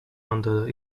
under